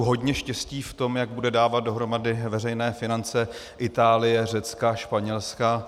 Já mu přeji hodně štěstí v tom, jak bude dávat dohromady veřejné finance Itálie, Řecka, Španělska.